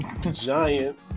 giant